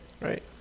right